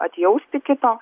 atjausti kito